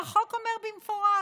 והחוק אומר במפורש: